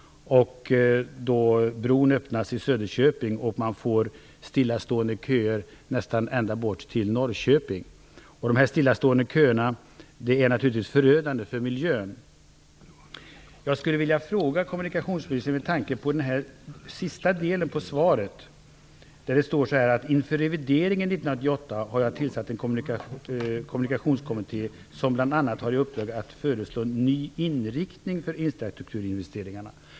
Då öppnas bron i Söderköping, och man får stillastående köer nästan ända bort till Norrköping. Dessa stillastående köer är naturligtvis förödande för miljön. Med tanke på den sista delen av svaret skulle jag vilja ställa en fråga till kommunikationsministern. Där står i svaret: "Inför revideringen 1998 har jag tillsatt en kommunikationskommitté som bl.a. har i uppdrag att föreslå en ny inriktning för infrastrukturinvesteringarna."